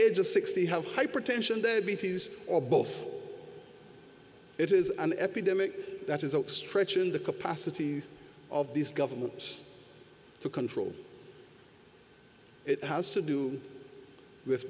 age of sixty have hypertension diabetes or both it is an epidemic that is a stretch and the capacity of these governments to control it has to do with